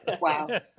Wow